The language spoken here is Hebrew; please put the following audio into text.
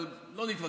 אבל לא נתווכח,